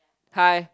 hi